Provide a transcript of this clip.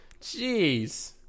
Jeez